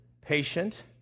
patient